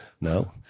No